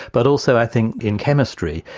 but also i think in chemistry,